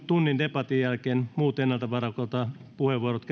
tunnin debatin jälkeen muut ennakolta varatut puheenvuorot